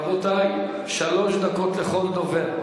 רבותי, שלוש דקות לכל דובר.